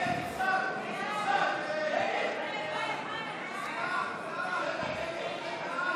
הצבעה על ההסתייגות.